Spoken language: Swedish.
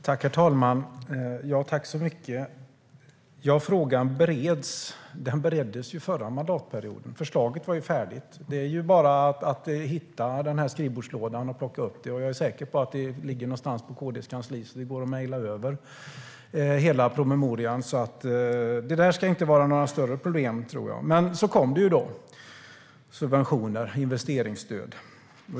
Herr talman! Frågan bereds, sa Lars Eriksson. Den bereddes ju under den förra mandatperioden. Förslaget var färdigt. Det är bara att plocka upp det ur skrivbordslådan. Jag är säker på att det ligger någonstans på KD:s kansli, så det går att mejla över hela promemorian. Det ska inte vara några större problem. Men så kom detta med subventioner och investeringsstöd.